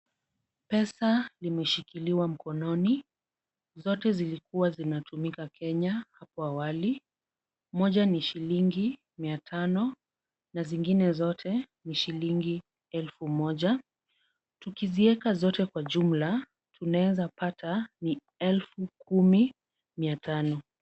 Pesa limeshikiliwa mkononi. Zote zilikuwa zinatumika Kenya hapo awali. Moja ni shilingi mia tano na zingine zote ni shilingi elfu moja. Tukizieka zote kwa jumla, tunaeza pata ni elfu kumi mia tano.